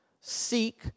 seek